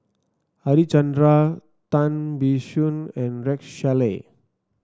Harichandra Tan Biyun and Rex Shelley